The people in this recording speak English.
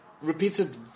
repeated